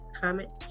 comment